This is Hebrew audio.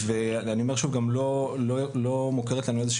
אני גם שוב אומר שלא מוכרת לנו איזו